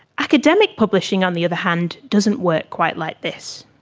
academic publishing on the other hand, doesn't work quite like this.